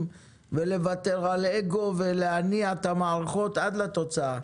ולוותר על אגו ולהניע את המערכות עד לקבלת תוצאה.